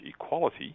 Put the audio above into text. equality